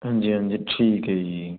ਹਾਂਜੀ ਹਾਂਜੀ ਠੀਕ ਹ ਜੀ